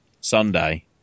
Sunday